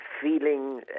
feeling